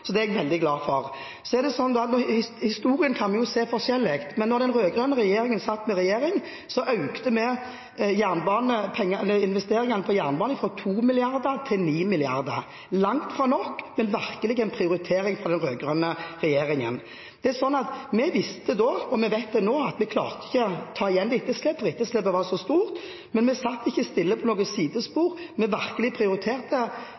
så det er jeg veldig glad for. Så er det jo sånn at historien kan vi se forskjellig, men da den rød-grønne regjeringen satt, økte vi investeringene til jernbanen fra 2 mrd. kr til 9 mrd. kr – langt fra nok, men virkelig en prioritering fra den rød-grønne regjeringen. Vi visste da, og vi vet det nå, at vi ikke klarte å ta igjen etterslepet, og etterslepet var så stort. Men vi satt ikke stille på noe sidespor. Vi prioriterte